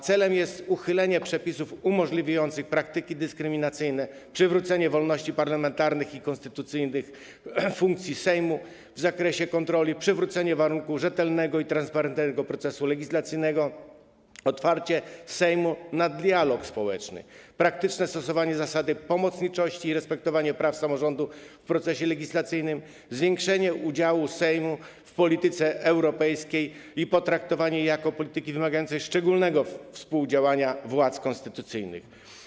Celem jest uchylenie przepisów umożliwiających praktyki dyskryminacyjne, przywrócenie wolności parlamentarnych i konstytucyjnych funkcji Sejmu w zakresie kontroli, przywrócenie warunku rzetelnego i transparentnego procesu legislacyjnego, otwarcie Sejmu na dialog społeczny, praktyczne stosowanie zasady pomocniczości i respektowanie praw samorządu w procesie legislacyjnym, zwiększenie udziału Sejmu w polityce europejskiej i potraktowanie jako polityki wymagającej szczególnego współdziałania władz konstytucyjnych.